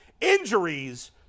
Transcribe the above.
Injuries